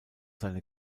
seine